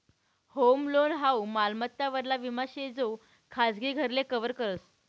home loan हाऊ मालमत्ता वरला विमा शे जो खाजगी घरले कव्हर करस